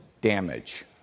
damage